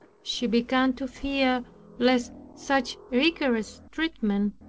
she began to fear lest such rigorous treatment,